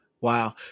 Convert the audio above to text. Wow